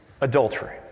adultery